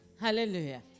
Hallelujah